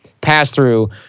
pass-through